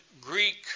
Greek